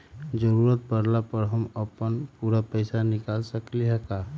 जरूरत परला पर हम अपन पूरा पैसा निकाल सकली ह का?